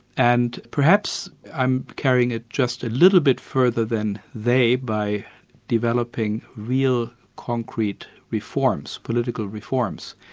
and perhaps i'm carrying it just a little bit further than they by developing real concrete reforms, political reforms,